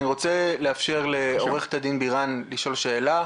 אני רוצה לאפשר לעו"ד בירן לשאול שאלה.